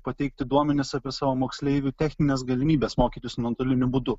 pateikti duomenis apie savo moksleivių technines galimybes mokytis nuotoliniu būdu